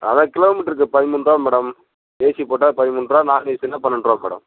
அதான் கிலோமீட்டருக்கு பதிமூன்றுரூபா மேடம் ஏசி போட்டால் பதிமூன்றுரூபா நான் ஏசினா பன்னென்ரூவா மேடம்